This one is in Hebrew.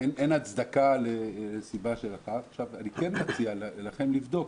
אין הצדקה --- אני מציע לכם לבדוק,